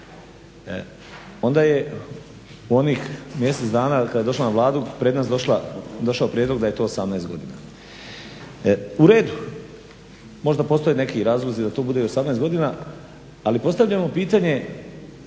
Onda je u onih mjesec dana kad je došlo na Vladu pred nas došao prijedlog da je to 18 godina. U redu, možda postoje neki razlozi da to bude 18 godina, ali postavljamo pitanje